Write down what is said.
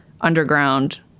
underground